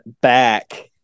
back